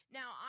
Now